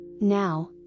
Now